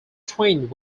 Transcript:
twinned